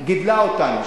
גידלה אותנו,